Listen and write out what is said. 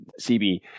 CB